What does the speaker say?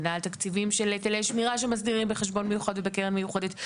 הגנה על תקציבים של היטלי שמירה שמסדירים בחשבון מיוחד ובקרן מיוחדת.